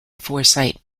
foresight